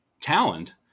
talent